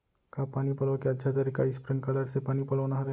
का पानी पलोय के अच्छा तरीका स्प्रिंगकलर से पानी पलोना हरय?